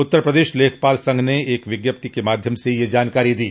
उत्तर प्रदेश लेखपाल संघ ने एक विज्ञप्ति के माध्यम से यह जानकारी दी